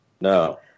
No